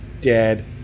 dead